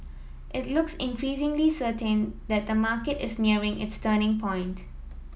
it looks increasingly certain that the market is nearing its turning point